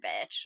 bitch